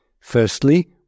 Firstly